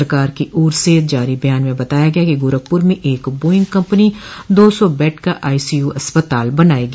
सरकार की ओर से जारी बयान में बताया गया कि गोरखपुर में एक बोइंग कम्पनी दो सौ बेड का आईसीयू अस्पताल बनायेगी